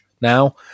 now